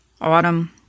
Autumn